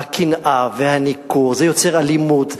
הקנאה, הניכור, זה יוצר אלימות.